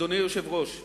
אדוני היושב-ראש,